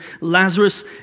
Lazarus